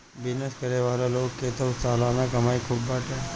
business करे वाला लोग के तअ सलाना कमाई खूब बाटे